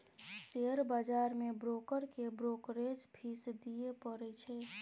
share बजार मे broker केँ ब्रोकरेज फीस दियै परै छै